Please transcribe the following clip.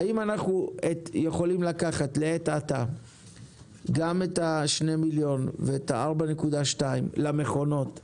האם אנחנו יכולים לקחת לעת עתה גם את שני המיליון ואת ה-4.2 למכונות,